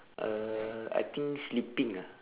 uh I think sleeping ah